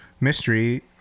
mystery